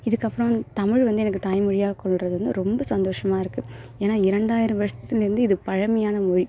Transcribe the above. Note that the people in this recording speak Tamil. இதுக்கப்புறம் தமிழ் வந்து எனக்கு தாய்மொழியாக கொள்கிறது வந்து ரொம்ப சந்தோஷமாக இருக்குது ஏன்னா இரண்டாயிரம் வருஷத்திலேருந்து இது பழமையான மொழி